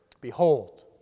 Behold